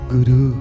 Guru